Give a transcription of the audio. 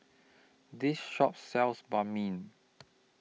This Shop sells Banh MI